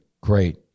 great